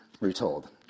retold